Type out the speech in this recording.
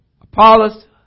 Apollos